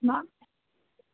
हां